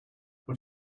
are